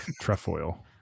trefoil